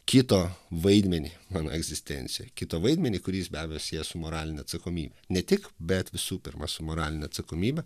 kito vaidmenį mano egzistencijoj kito vaidmenį kurį jis be abejo sieja su moraline atsakomybe ne tik bet visų pirma su moraline atsakomybe